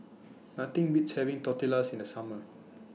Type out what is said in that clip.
Nothing Beats having Tortillas in The Summer